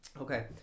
Okay